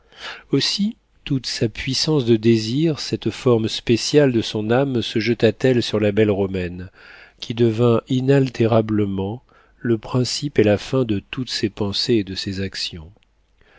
aussi toute sa puissance de désir cette forme spéciale de son âme se jeta t elle sur la belle romaine qui devint inaltérablement le principe et la fin de toutes ses pensées et de ses actions